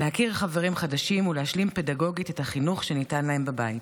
להכיר חברים חדשים ולהשלים פדגוגית את החינוך שניתן להם בבית.